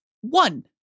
one